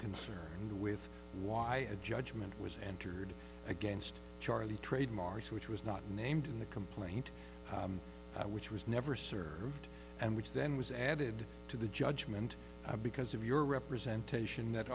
concerned with why a judgment was entered against charlie trademarks which was not named in the complaint which was never served and which then was added to the judgment because of your representation that